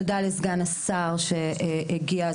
תודה לסגן השר שהגיע,